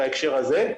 בהקשר הזה,